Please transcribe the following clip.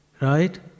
right